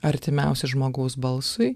artimiausi žmogaus balsui